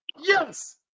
yes